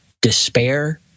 despair